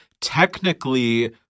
technically